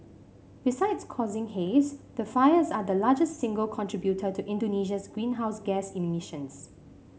besides causing haze the fires are the largest single contributor to Indonesia's greenhouse gas emissions